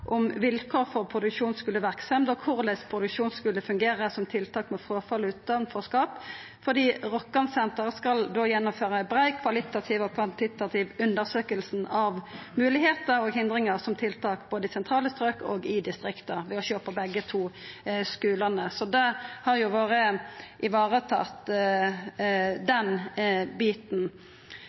om vilkår for produksjonsskuleverksemd og korleis produksjonen skulle fungera som tiltak mot fråfall og utanforskap, fordi Rokkansenteret skal gjennomføra ei brei kvalitativ og kvantitativ undersøking av moglegheiter og hindringar som tiltak både i sentrale strøk og i distrikta ved å sjå på begge skulane. Så den biten har jo vore